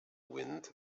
wind